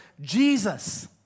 Jesus